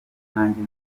nanjye